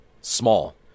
small